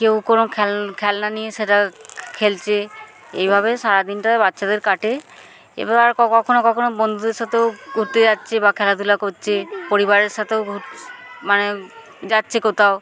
কেউ কোনো খেল খেলনা নিয়ে সেটা খেলছে এইভাবে সারাদিনটা বাচ্চাদের কাটে এবার আর কখনও কখনো বন্ধুদের সাথেও ঘুরতে যাচ্ছে বা খেলাধুলা করছে পরিবারের সাথেও মানে যাচ্ছে কোথাও